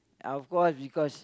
I of course because